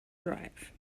drive